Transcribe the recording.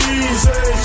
easy